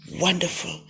wonderful